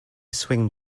swing